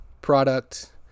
product